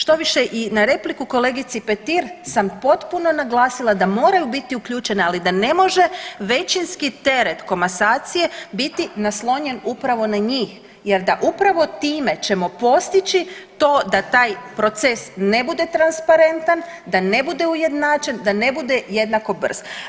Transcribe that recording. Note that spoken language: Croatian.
Štoviše i na repliku kolegici Petir sam potpuno naglasila da moraju biti uključene, ali da ne može većinski teret komasacije biti naslonjen upravo na njih, jer da upravo time ćemo postići to da taj proces ne bude transparentan, da ne bude ujednačen, da ne bude jednako brz.